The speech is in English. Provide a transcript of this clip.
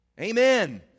Amen